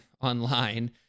online